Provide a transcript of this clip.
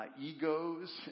egos